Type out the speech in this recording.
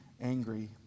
angry